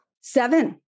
seven